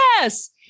Yes